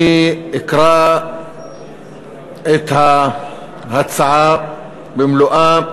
אני אקרא את ההצעה במלואה,